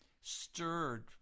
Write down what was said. stirred